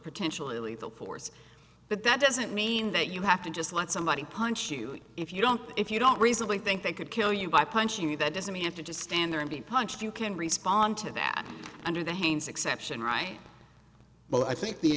potentially lethal force but that doesn't mean that you have to just let somebody punch you if you don't if you don't reasonably think they could kill you by punching you that doesn't have to just stand there and be punched you can respond to that under the haynes exception right but i think the